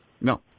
No